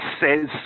says